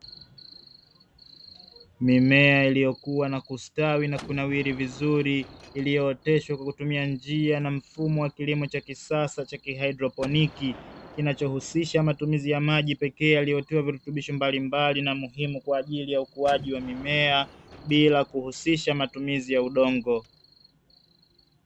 Mimea iliyokuwa na kustawi na kunawiri vizuri iliyooteshwa kwa kutumia njia na mfumo wa kilimo cha kisasa cha kihydroponiki, kinachohusisha matumizi ya maji pekee yaliyotiwa virutubisho mbalimbali na muhimu kwa ajili ya ukuaji wa mimea bila kuhusisha matumizi ya udongo